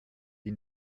die